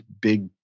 big